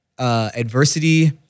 Adversity